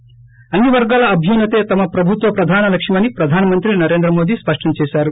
ి అన్ని వర్గాల అభ్యున్నతే తమ ప్రభుత్వ ప్రధాన లక్ష్యమని ప్రధాన మంత్రి నరేంద్ర మోదీ స్పష్టం చేశారు